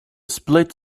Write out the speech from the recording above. split